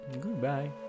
goodbye